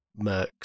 mercs